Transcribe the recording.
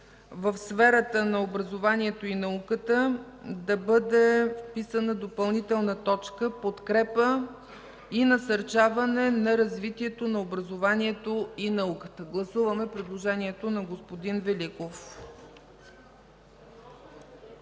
„В сферата на образованието и науката” да бъде вписана допълнителна точка „Подкрепа и насърчаване на развитието на образованието и науката”. Гласуваме предложението на господин Великов.